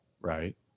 right